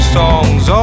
songs